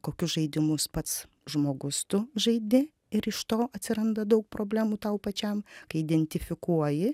kokius žaidimus pats žmogus tu žaidi ir iš to atsiranda daug problemų tau pačiam kai identifikuoji